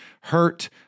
hurt